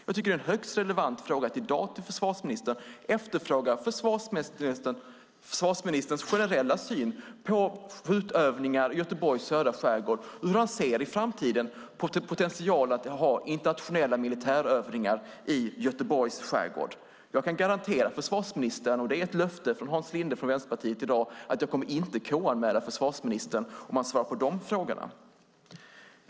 Jag tycker att det är högst relevant att i dag efterfråga försvarsministerns generella syn på skjutövningar i Göteborgs södra skärgård och hur han ser i framtiden på potentialen att ha internationella militärövningar i Göteborgs skärgård. Jag kan garantera försvarsministern, och det är ett löfte från Hans Linde från Vänsterpartiet i dag, att jag inte kommer att KU-anmäla försvarsministern om han svarar på dessa frågor.